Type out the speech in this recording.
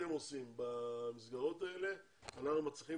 שאתם עושים במסגרות האלה אנחנו מצליחים